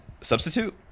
substitute